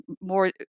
more